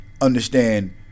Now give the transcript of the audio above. understand